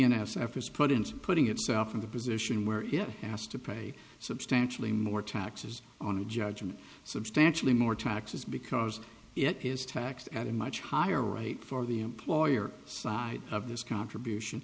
f is put into putting itself in the position where it has to pay substantially more taxes on a judgment substantially more taxes because it is taxed at a much higher rate for the employer side of this contribution